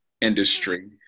industry